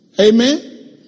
Amen